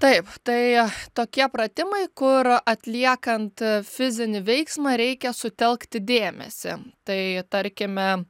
taip tai tokie pratimai kur atliekant fizinį veiksmą reikia sutelkti dėmesį tai tarkime